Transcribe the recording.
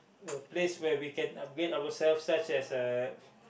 a place where we can upgrade ourselves such as uh